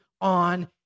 on